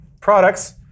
products